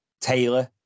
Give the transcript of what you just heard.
Taylor